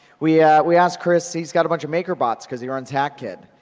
we yeah we asked chris he's got a bunch of maker bots because he runs hack kid.